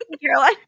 Caroline